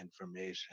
information